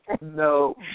No